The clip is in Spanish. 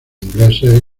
ingleses